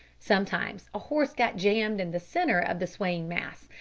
sometimes a horse got jammed in the centre of the swaying mass,